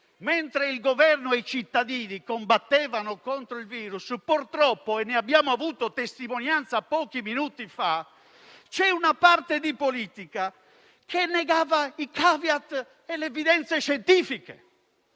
mentre il Governo e i cittadini combattevano contro il virus, purtroppo - e ne abbiamo avuto testimonianza pochi minuti fa - c'era una parte di politica che negava i *caveat* e le evidenze scientifiche.